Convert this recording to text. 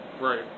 Right